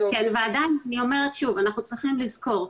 צריכים לזכור,